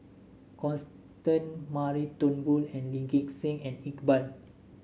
Constan Mary Turnbull Lee Gek Seng and Iqbal